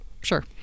Sure